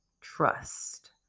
trust